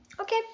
Okay